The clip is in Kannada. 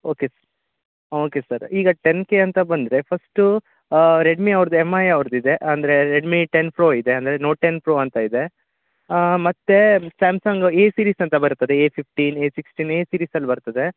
ಓಕೆ ಹಾಂ ಓಕೆ ಸರ್ ಈಗ ಟೆನ್ ಕೆ ಅಂತ ಬಂದರೆ ಫಸ್ಟು ರೆಡ್ಮಿ ಅವ್ರ್ದು ಎಮ್ ಐ ಅವ್ರ್ದು ಇದೆ ಅಂದರೆ ರೆಡ್ಮಿ ಟೆನ್ ಪ್ರೋ ಇದೆ ಅಂದರೆ ನೋಟ್ ಟೆನ್ ಪ್ರೋ ಅಂತ ಇದೆ ಮತ್ತು ಸ್ಯಾಮ್ಸಂಗ್ ಎ ಸೀರೀಸ್ ಅಂತ ಬರ್ತದೆ A fifteen A sixteen A ಸೀರೀಸಲ್ಲಿ ಬರ್ತದೆ